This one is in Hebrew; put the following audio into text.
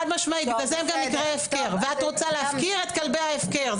חד משמעית בגלל זה גם נקרא הפקר ואת רוצה להפקיר את כלבי ההפקר,